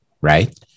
right